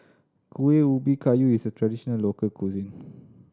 Kueh Ubi Kayu is a traditional local cuisine